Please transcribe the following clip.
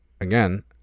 Again